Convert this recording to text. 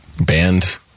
Band